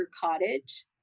cottage